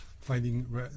finding